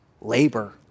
labor